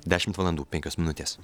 dešimt valandų penkios minutės